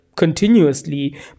continuously